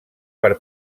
per